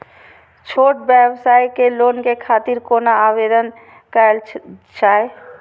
छोट व्यवसाय के लोन के खातिर कोना आवेदन कायल जाय?